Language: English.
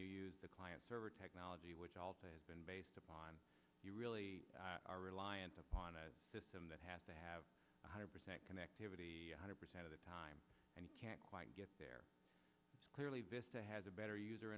you use the client server technology which also has been based upon you really are reliant upon a system that has to have one hundred percent connectivity one hundred percent of the time and you can't quite get there clearly vista has a better user